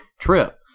trip